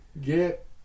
get